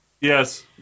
Yes